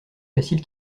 facile